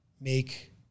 make